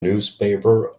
newspaper